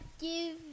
give